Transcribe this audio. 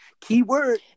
Keyword